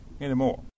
anymore